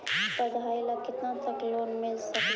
पढाई ल केतना तक लोन मिल सकले हे?